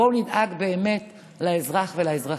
בואו נדאג באמת לאזרח ולאזרחית.